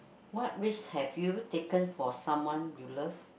what risks have you taken for someone you love